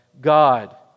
God